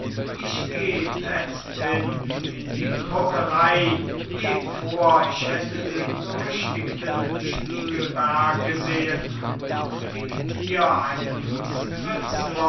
ich geh lezthin in die druckerey geb vor ich hätte den berüchtigten spiegelberg gesehn und diktir einem